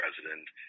president